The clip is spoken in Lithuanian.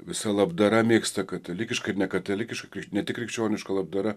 visa labdara mėgsta katalikiška ir nekatalikiška ne tik krikščioniška labdara